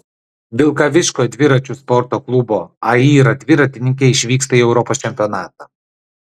vilkaviškio dviračių sporto klubo aira dviratininkė išvyksta į europos čempionatą